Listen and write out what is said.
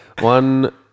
one